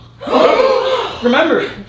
Remember